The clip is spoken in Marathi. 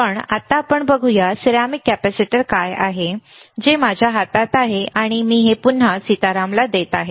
पण आत्ता आपण बघूया सिरेमिक कॅपेसिटर काय आहे जे माझ्या हातात आहे आणि मी पुन्हा सीतारामला देत आहे